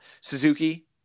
Suzuki